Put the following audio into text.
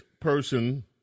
person